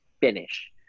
finish